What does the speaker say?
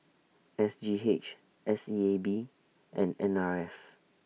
S G H S E A B and N R F